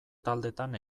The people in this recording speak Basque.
taldetan